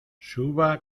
suba